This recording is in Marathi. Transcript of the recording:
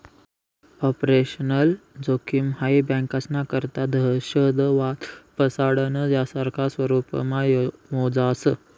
ऑपरेशनल जोखिम हाई बँकास्ना करता दहशतवाद, फसाडणं, यासारखा स्वरुपमा मोजास